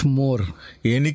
more